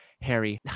Harry